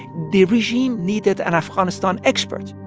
the regime needed an afghanistan expert,